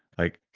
like